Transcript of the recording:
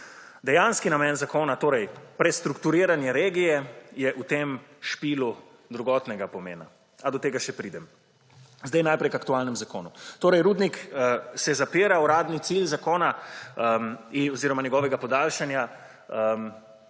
Dejanski namen zakona, torej prestrukturiranje regije, je v tem špilu drugotnega pomena, a do tega še pridem. Najprej k aktualnemu zakonu. Rudnik se zapira, uradni cilj zakona oziroma njegovega podaljšanja